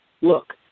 look